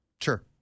Sure